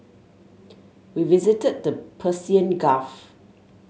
we visited the Persian Gulf